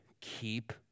Keep